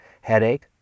headache